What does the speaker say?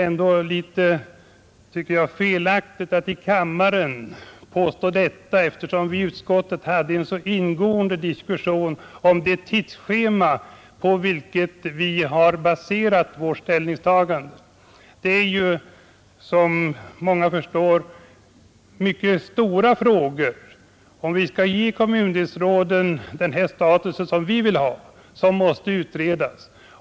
Men det är väl litet felaktigt att påstå det här i kammaren, när vi i utskottet hade en så ingående diskussion om det tidsschema som vi baserade vårt ställningstagande på. Som alla förstår är det en mycket stor fråga om vi skall ge kommundelsråden den status som vi vill att de skall ha. Den frågan måste därför utredas.